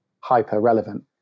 hyper-relevant